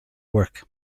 work